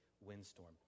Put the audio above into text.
windstorm